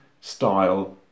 style